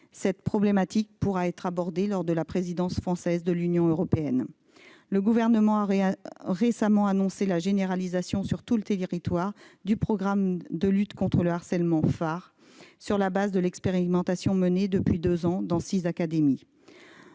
Cette problématique pourra être abordée lors de la présidence française de l'Union européenne. Le Gouvernement a récemment annoncé la généralisation sur tout le territoire du programme de lutte contre le harcèlement à l'école Phare, sur la base de l'expérimentation menée, depuis deux ans, dans six académies.